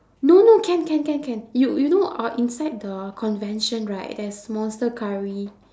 no no can can can can you you know uh inside the convention right there's monster-curry